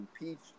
impeached